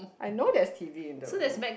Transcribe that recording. I know there's t_v in the room